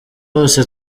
bose